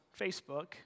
Facebook